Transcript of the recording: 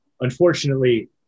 Unfortunately